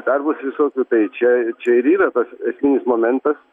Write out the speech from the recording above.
dar bus visokių tai čia čia ir yra tas esminis momentas